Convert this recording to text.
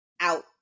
out